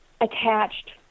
attached